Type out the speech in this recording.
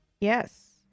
Yes